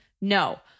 No